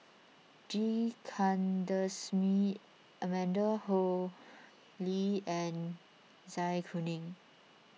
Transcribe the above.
G Kandasamy Amanda Koe Lee and Zai Kuning